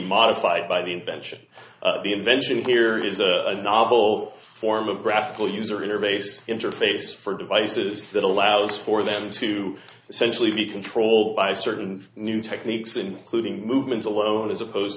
modified by the invention the invention here is a novel form of graphical user interface interface for devices that allows for them to essentially be controlled by certain new techniques including movements alone as opposed